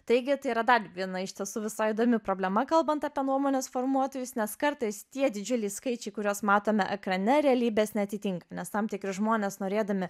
taigi tai yra dar viena iš tiesų visai įdomi problema kalbant apie nuomonės formuotojus nes kartais tie didžiuliai skaičiai kuriuos matome ekrane realybės neatitinka nes tam tikri žmonės norėdami